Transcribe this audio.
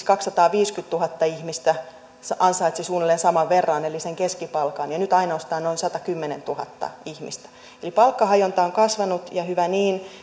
kaksisataaviisikymmentätuhatta ihmistä ansaitsi vuonna tuhatyhdeksänsataayhdeksänkymmentäviisi suunnilleen saman verran eli sen keskipalkan ja nyt ainoastaan noin satakymmentätuhatta ihmistä eli palkkahajonta on kasvanut ja hyvä niin